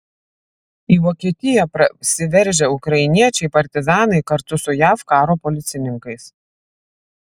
į vokietiją prasiveržę ukrainiečiai partizanai kartu su jav karo policininkais